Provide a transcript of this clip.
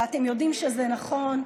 ואתם יודעים שזה נכון.